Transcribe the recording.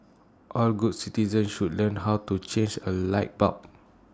all good citizens should learn how to change A light bulb